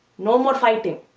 no more fighting.